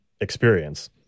experience